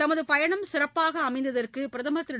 தமது பயணம் சிறப்பானதாக அமைந்ததற்கு பிரதமர் திரு